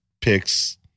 picks